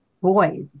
boys